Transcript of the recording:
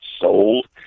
sold